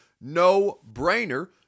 no-brainer